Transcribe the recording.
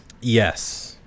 yes